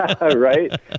Right